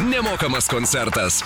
nemokamas koncertas